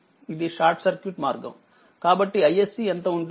ఇది short circuit మార్గం కాబట్టి iSCఎంతఉంటుంది